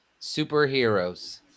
superheroes